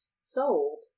sold